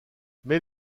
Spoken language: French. mais